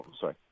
sorry